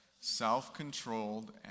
Self-controlled